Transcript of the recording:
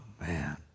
man